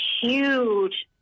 huge